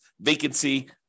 vacancy